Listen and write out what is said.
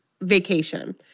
vacation